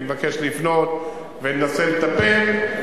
אני אבקש לפנות, וננסה לטפל.